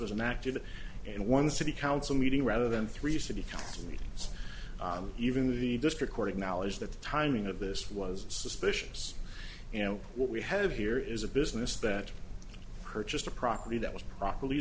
was an active and one city council meeting rather than three city council meetings even the district court acknowledged that the timing of this was suspicious you know what we have here is a business that purchased a property that was properly